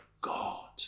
God